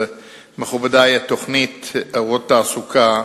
מכובדי, התוכנית "אורות לתעסוקה",